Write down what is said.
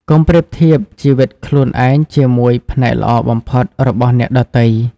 កុំប្រៀបធៀបជីវិតខ្លួនឯងជាមួយ ផ្នែកល្អបំផុតរបស់អ្នកដទៃ។